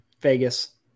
Vegas